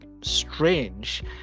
strange